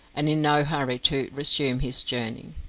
and in no hurry to resume his journey.